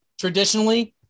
traditionally –